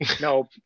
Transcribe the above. no